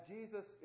Jesus